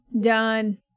done